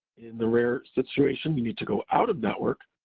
in the rare situation you need to go out of network,